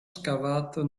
scavato